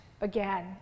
again